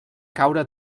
caure